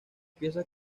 piezas